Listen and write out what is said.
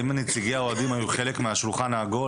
האם נציגי האוהדים היו חלק מהשולחן העגול?